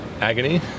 agony